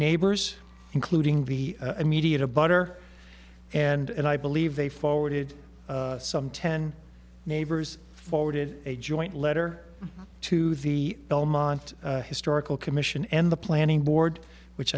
neighbors including the immediate a butter and i believe they forwarded some ten neighbors forwarded a joint letter to the belmont historical commission and the planning board which